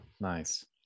nice